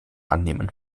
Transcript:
annehmen